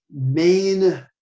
main